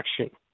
action